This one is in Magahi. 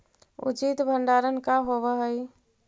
उचित भंडारण का होव हइ?